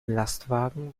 lastwagen